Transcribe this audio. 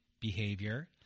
behavior